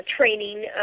training